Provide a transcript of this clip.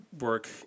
work